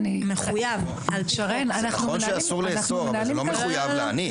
נכון שאסור לאסור אבל לא מחויב להניף.